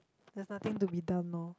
there's nothing to be done loh